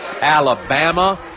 Alabama